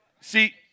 See